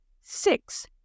six